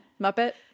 Muppet